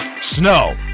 Snow